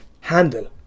handle